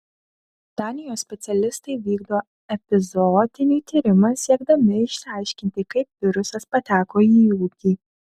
danijos specialistai vykdo epizootinį tyrimą siekdami išsiaiškinti kaip virusas pateko į ūkį